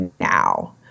now